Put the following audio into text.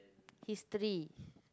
history